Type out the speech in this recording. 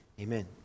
amen